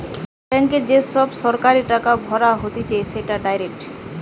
ব্যাংকে যে সরাসরি টাকা ভরা হতিছে সেটা ডাইরেক্ট